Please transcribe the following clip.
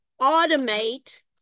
automate